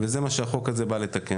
זה מה שהחוק הזה בא לתקן.